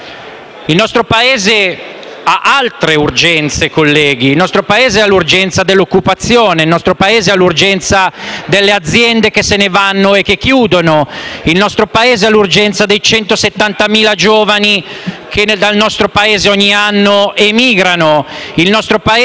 il nostro Paese ha l'urgenza dell'occupazione, delle aziende che se ne vanno e chiudono, dei 170.000 giovani che dal nostro Paese ogni anno emigrano, dell'immigrazione